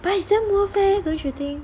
but is damn worth leh don't you think